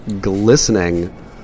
glistening